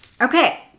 Okay